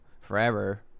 forever